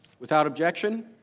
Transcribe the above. without objection.